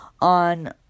on